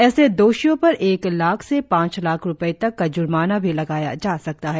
ऐसे दोषियों पर एक लाख से पांच लाख रुपये तक का ज्र्माना भी लगाया जा सकता है